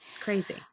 Crazy